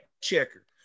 checker